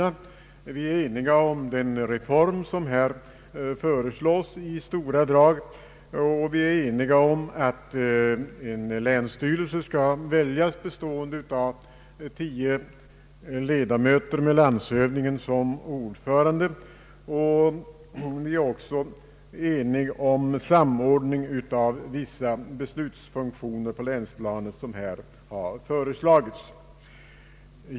Vi är i stora drag eniga om den reform som här föreslås och vi är eniga om att en länsstyrelse skall väljas som består av tio ledamöter med landshövdingen som ordförande. Vi är också eniga om samordning av vissa beslutsfunktioner på länsplanet såsom här har föreslagits.